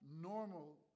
normal